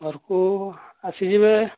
ଘରକୁ ଆସିଯିବେ